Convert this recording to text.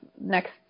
next